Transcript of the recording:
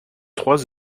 trois